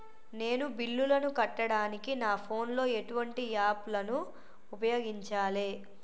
నేను బిల్లులను కట్టడానికి నా ఫోన్ లో ఎటువంటి యాప్ లను ఉపయోగించాలే?